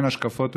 ובין השקפות,